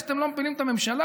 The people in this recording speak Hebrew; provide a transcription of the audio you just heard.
פלא שאתם לא מפילים את הממשלה.